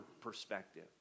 perspective